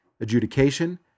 adjudication